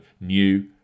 new